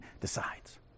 decides